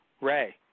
Ray